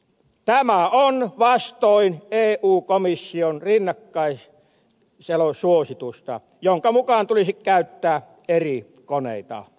tämä on vastoin eu komission rinnakkaissuositusta jonka mukaan tulisi käyttää eri koneita